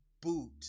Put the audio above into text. boot